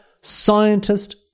scientist